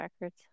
records